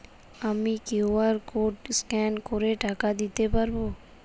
আমি QR code scan করে টাকা দিতে পারবো?